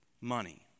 money